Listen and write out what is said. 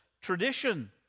tradition